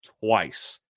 twice